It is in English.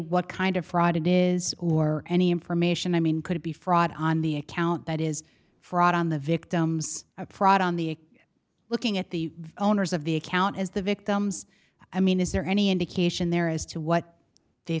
what kind of fraud it is or any information i mean could it be fraud on the account that is fraud on the victims i proud on the looking at the owners of the account as the victims i mean is there any indication there as to what they